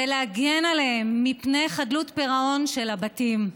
ולהגן עליהם מפני חדלות פירעון של הבתים,